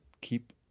keep